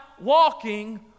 walking